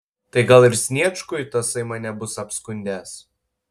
tai gal ir sniečkui tasai mane bus apskundęs